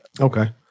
Okay